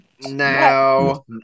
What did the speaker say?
No